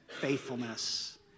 faithfulness